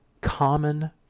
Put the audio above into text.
Common